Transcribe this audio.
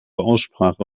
aussprache